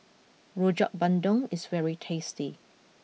Rojak Bandung is very tasty